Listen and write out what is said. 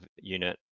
unit